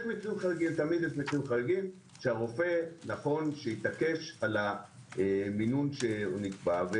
תמיד יש מקרים חריגים שהרופא נכון שיתעקש על המינון שיקבע.